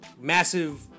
massive